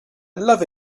love